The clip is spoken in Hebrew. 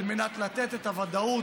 על מנת לתת את הוודאות,